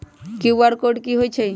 QR code कि हई छई?